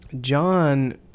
John